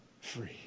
free